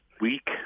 weak